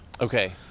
Okay